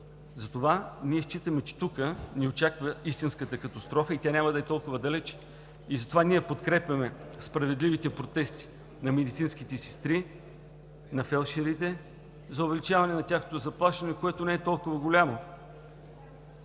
Затова считаме, че тук ни очаква истинската катастрофа и тя няма да е толкова далече. Подкрепяме справедливите протести на медицинските сестри и на фелдшерите за увеличаване на тяхното заплащане, което не е толкова голямо,